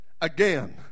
again